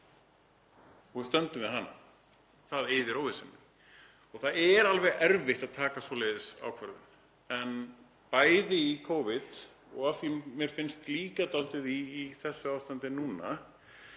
og við stöndum við hana. Það eyðir óvissunni. Það er alveg erfitt að taka svoleiðis ákvörðun en bæði í Covid og, að mér er finnst, líka í þessu ástandi núna